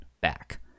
back